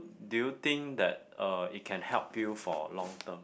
do you think that uh it can help you for long term